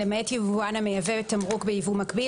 למעט יבואן המייבא תמרוק ביבוא מקביל,